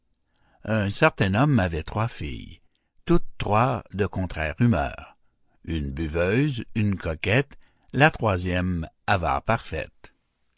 un certain homme avait trois filles toutes trois de contraire humeur une buveuse une coquette la troisième avare parfaite